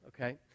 okay